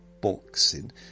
boxing